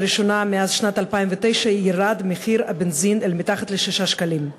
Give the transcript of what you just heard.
לראשונה מאז 2009 ירד מחיר הבנזין אל מתחת ל-6 שקלים.